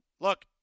Look